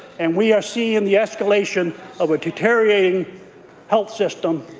and we are seeing and the escalation of a deteriorating health system,